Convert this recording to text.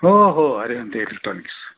हो हो अरिहंत इलेक्ट्रॉनिक्स